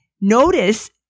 Notice